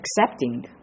accepting